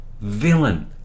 villain